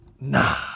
Nah